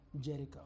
Jericho